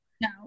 No